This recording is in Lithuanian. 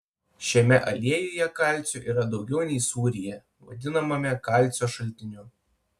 šiame aliejuje kalcio yra daugiau nei sūryje vadinamame kalcio šaltiniu